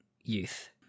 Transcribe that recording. youth